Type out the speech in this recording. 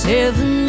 Seven